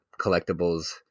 collectibles